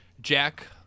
Jack